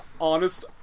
honest